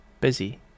busy